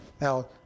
Now